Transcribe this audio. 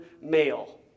male